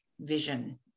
vision